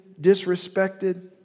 disrespected